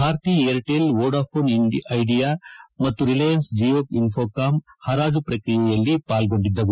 Bharti Airtel Vodafone Idea ಮತ್ತು Reliance Jio Infocomm ಪರಾಜು ಪ್ರಕ್ರಿಯೆಯಲ್ಲಿ ಪಾಲ್ಗೊಂಡಿದ್ದವು